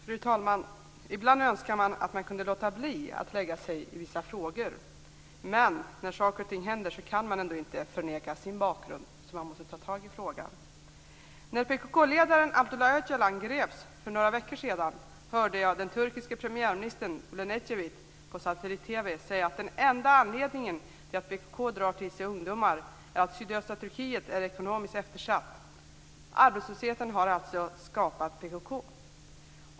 Fru talman! Ibland önskar man att man kunde låta bli att lägga sig i vissa frågor. Men när saker och ting händer kan man ändå inte förneka sin bakgrund, så man måste ta tag i frågan. När PKK-ledaren Abdullah Öcalan greps för några veckor sedan hörde jag den turkiske premiärministern Bulent Ecevit på satellit-TV säga att den enda anledningen till att PKK drar till sig ungdomar är att sydöstra Turkiet är ekonomiskt eftersatt. Arbetslösheten har alltså skapat PKK.